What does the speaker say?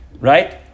right